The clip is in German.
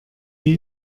wie